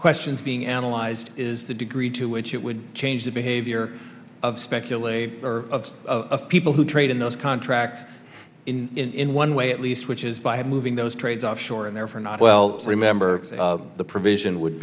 questions being analyzed is the degree to which it would change the behavior of speculate of people who trade in those contracts in one way at least which is by moving those trades offshore and therefore not well remember the provision would